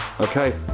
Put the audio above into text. okay